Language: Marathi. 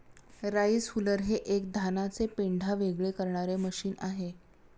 राईस हुलर हे एक धानाचे पेंढा वेगळे करणारे मशीन आहे